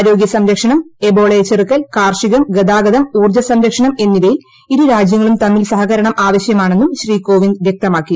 ആരോഗ്യ സംരക്ഷണം എബോളയെ ചെറുക്കൽ കാർഷി കം ഗതാഗതം ഉൌർജ്ജ സംരക്ഷണം എന്നിവയിൽ ഇരുരാജ്യങ്ങളും തമ്മിൽ സഹകരണം ആവശ്യമാണെന്നും ശ്രീ കോവിന്ദ് വ്യക്തമാക്കി